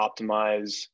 optimize